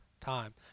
time